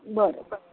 बरं बर